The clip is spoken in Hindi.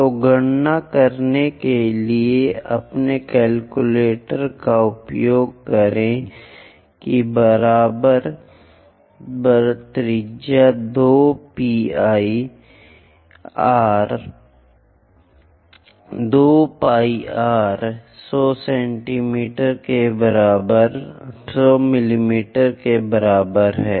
तो गणना करने के लिए अपने कैलकुलेटर का उपयोग करें कि बराबर त्रिज्या 2 पीआई आर 100 मिमी के बराबर है